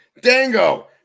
Dango